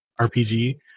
RPG